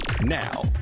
now